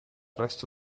resto